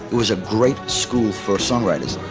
was a great school for songwriters